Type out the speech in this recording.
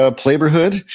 ah playborhood,